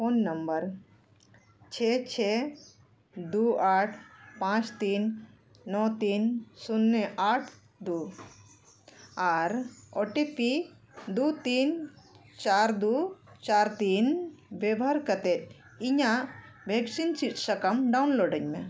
phone number ᱪᱷᱮᱭ ᱪᱷᱮᱭ ᱫᱩ ᱟᱴ ᱯᱟᱸᱪ ᱛᱤᱱ ᱱᱚ ᱛᱤᱱ ᱥᱩᱱᱱᱚ ᱟᱴ ᱫᱩ ᱟᱨ ᱳ ᱴᱤ ᱯᱤ ᱫᱩ ᱛᱤᱱ ᱪᱟᱨ ᱫᱩ ᱪᱟᱨ ᱛᱤᱱ ᱵᱮᱵᱷᱟᱨ ᱠᱟᱛᱮᱫ ᱤᱧᱟᱹᱜ ᱵᱷᱮᱠᱥᱤᱱ ᱥᱤᱫᱽ ᱥᱟᱠᱟᱢ ᱰᱟᱣᱩᱱᱞᱳᱰᱟᱹᱧ ᱢᱮ